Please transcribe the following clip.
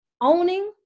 owning